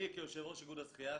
אני כיושב ראש איגוד השחייה,